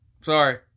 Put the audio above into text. Sorry